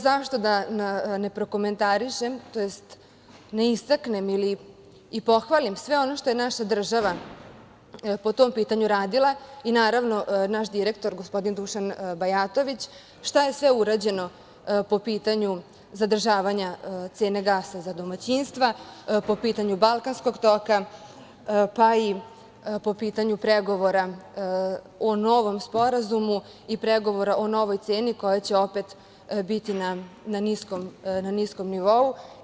Zašto da ne prokomentarišem, tj. ne istaknem ili pohvalim sve ono što je naša država po tom pitanju radila i naravno naš direktor, gospodin Dušan Bajatović, šta je sve urađeno po pitanju zadržavanja cene gasa za domaćinstva, po pitanju balkanskog toka, pa i po pitanju pregovora o novom sporazumu i pregovora o novoj ceni koja će opet biti na niskom nivou.